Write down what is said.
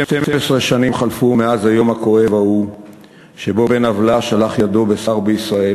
12 שנים חלפו מאז היום הכואב ההוא שבו בן-עוולה שלח ידו בשר בישראל,